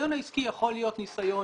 הניסיון העסקי יכול להיות ניסיון,